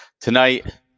tonight